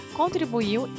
contribuiu